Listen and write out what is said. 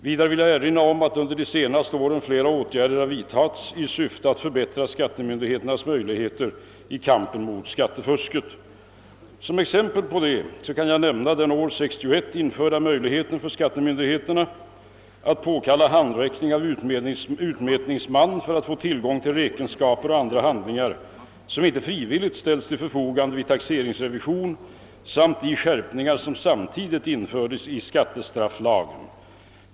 Vidare vill jag erinra om att under de senaste åren flera åtgärder vidtagits i syfte att förbättra skattemyndigheternas möjligheter i kampen mot skattefusket. Som exempel härpå kan jag nämna den år 1961 införda möjligheten för skattemyndigheterna att påkalla handräckning av utmätningsman för att få tillgång till räkenskaper och andra handlingar som inte frivilligt ställs till förfogande vid taxeringsrevision samt de skärpningar som samtidigt infördes i skattestrafflagen.